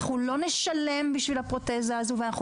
אנחנו לא נשלם בשביל הפרוטזה הזו ואנחנו